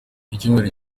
icyumweru